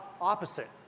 opposite